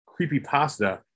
creepypasta